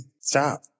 stop